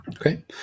Okay